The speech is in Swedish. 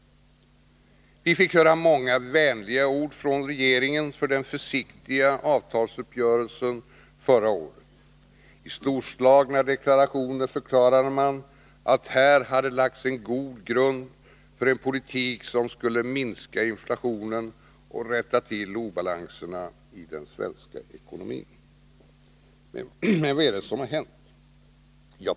Vi fick höra många vänliga ord från regeringen för den försiktiga avtalsuppgörelsen förra året. I storslagna deklarationer förklarade man att här hade det lagts en god grund för en politik som skulle minska inflationen och rätta till obalanserna i den svenska ekonomin. Men vad är det som har hänt?